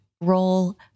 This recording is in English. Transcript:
role